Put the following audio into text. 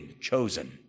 chosen